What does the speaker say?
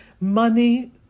money